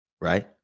Right